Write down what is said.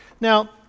now